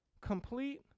complete